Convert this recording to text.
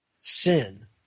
sin